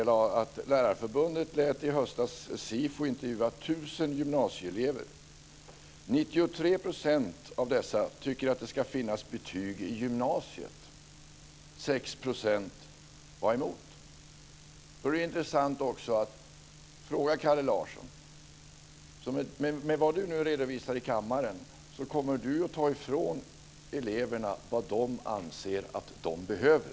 Lärarförbundet lät i höstas SIFO intervjua 1 000 gymnasieelever. 93 % av dessa tycker att det ska finnas betyg i gymnasiet. 6 % var emot. Enligt vad Kalle Larsson nu redovisat i kammaren vill han ta ifrån eleverna det de anser att de behöver.